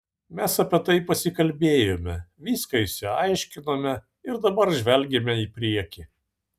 mes apie tai pasikalbėjome viską išsiaiškinome ir dabar žvelgiame į priekį